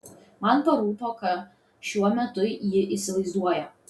man parūpo ką šiuo metu ji įsivaizduoja